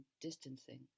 distancing